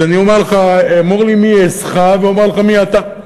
אז אני אומר לך: אמור לי מי עזך ואומר לך מי אתה.